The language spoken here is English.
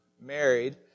married